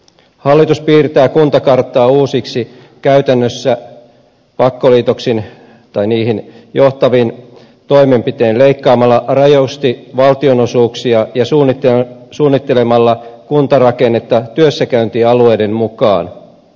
hallitus piirtää kuntakarttaa uusiksi käytännössä pakkoliitoksin tai niihin johtavin toimenpitein leikkaamalla rajusti valtionosuuksia ja suunnittelemalla kuntarakennetta työssäkäyntialueiden mukaan